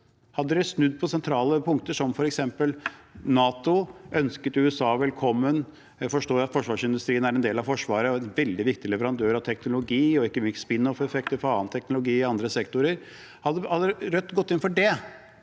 Hadde de snudd på sentrale punkter, som f.eks. NATO, ønsket USA velkommen, forstått at forsvarsindustrien er en del av forsvaret og en veldig viktig leverandør av teknologi og ikke minst spin-off-effekter for annen teknologi i andre sektorer – hadde Rødt gått inn for det,